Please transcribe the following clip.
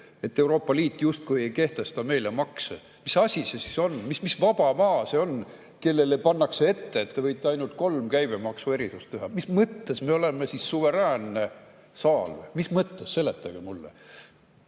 et Euroopa Liit justkui ei kehtesta meile makse. Mis asi see siis on? Mis vaba maa see on, kellele pannakse ette, et te võite ainult kolm käibemaksuerisust teha? Mis mõttes me oleme siis suveräänne saal? Mis mõttes? Seletage mulle!